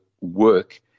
work